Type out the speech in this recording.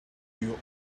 you